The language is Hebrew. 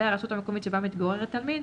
והרשות המקומית שבה מתגורר התלמיד,